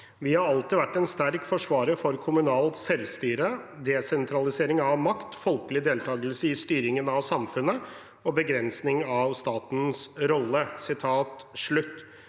«Vi har alltid vært en sterk forsvarer for kommunalt selvstyre, desentralisering av makt, folkelig deltakelse i styringen av samfunnet og begrensning av statens rolle.»